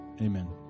Amen